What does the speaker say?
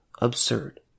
absurd